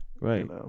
Right